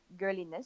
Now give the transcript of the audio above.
girliness